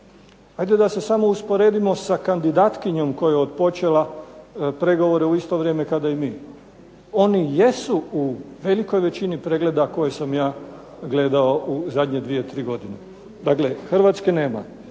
Ajde samo da se usporedimo sa kandidatkinjom koja je počela pregovore u isto vrijeme kada i mi. Oni jesu u velikoj većini pregleda koje sam ja gledao u zadnje 2, 3 godine. Dakle, Hrvatske nema.